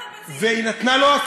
היא נתנה לו את הבסיס.